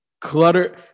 Clutter